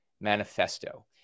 Manifesto